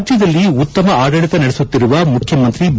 ರಾಜ್ಯದಲ್ಲಿ ಉತ್ತಮ ಆಡಳಿತ ನಡೆಸುತ್ತಿರುವ ಮುಖ್ಯಮಂತ್ರಿ ಬಿ